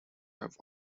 have